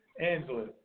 Angela